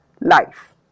life